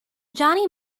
johnny